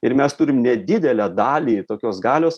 ir mes turim nedidelę dalį tokios galios